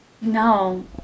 No